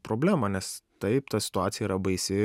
problema nes taip ta situacija yra baisi